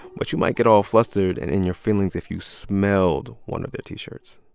but you might get all flustered and in your feelings if you smelled one of their t-shirts.